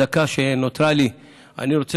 בדקה שנותרה לי אני רוצה